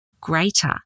greater